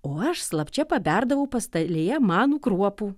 o aš slapčia paberdavau pastalėje manų kruopų